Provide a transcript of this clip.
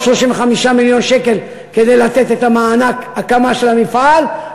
עוד 35 מיליון שקל כדי לתת את מענק ההקמה של המפעל.